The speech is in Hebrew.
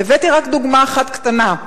והבאתי רק דוגמה אחת קטנה.